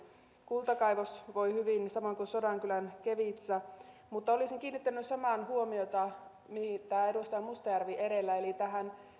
kultakaivos voi hyvin samoin kuin sodankylän kevitsa olisin kiinnittänyt samaan huomiota mihin edustaja mustajärvi edellä eli